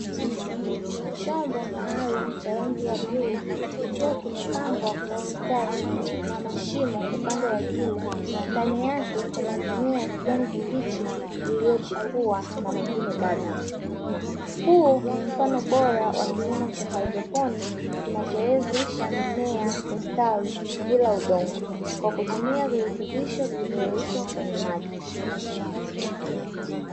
Chombo maalumu cha rangi ya bluu, kikiwa kimepangwa kwa ustadi, na mashimo upande wa juu, ndani yake kuna mimea ya kijani kibichi iliyochipua na mingine bado. Huu ni mfano bora wa kilimo cha haidroponi, kinachowezesha mimea kustawi bila udongo, kwa kutumia virutubisho vilivyoyeyushwa kwenye maji.